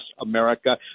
America